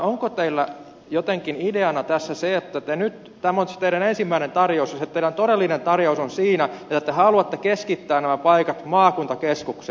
onko teillä jotenkin ideana tässä se että tämä on nyt se teidän ensimmäinen tarjouksenne ja se teidän todellinen tarjouksenne on siinä että te haluatte keskittää nämä paikat maakuntakeskukseen